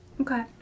Okay